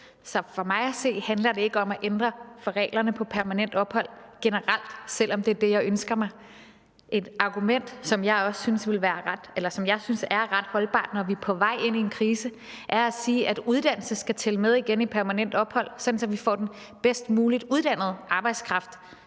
så for mig at se handler det ikke om at ændre reglerne for permanent ophold generelt, selv om det er det, jeg ønsker mig. Et argument, som jeg synes er ret holdbart, når vi er på vej ind i en krise, er at sige, at uddannelse skal tælle med igen i permanent ophold, sådan at vi får den bedst muligt uddannede arbejdskraft